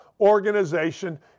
organization